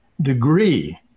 degree